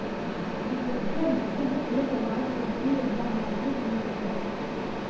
reflection यह एक राजकोषीय या मौद्रिक नीति है